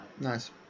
Nice